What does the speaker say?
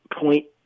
point